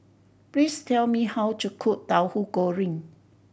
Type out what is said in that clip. please tell me how to cook Tahu Goreng